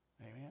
Amen